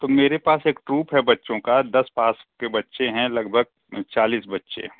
तो मेरे पास एक ट्रुप है बच्चों का दस पास के बच्चे हैं लगभग चालीस बच्चे